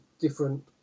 different